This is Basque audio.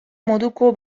moduko